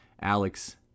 Alex